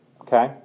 Okay